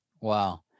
wow